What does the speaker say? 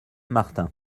martin